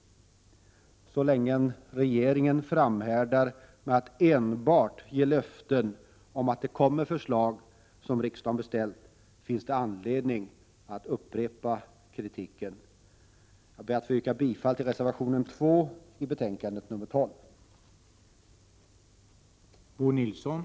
Så länge regeringen framhärdar med att enbart ge löften om att det kommer förslag som riksdagen beställt, finns det anledning att upprepa kritiken. Jag ber att få yrka bifall till reservation nr 2 i arbetsmarknadsutskottets betänkande nr 12.